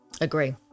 Agree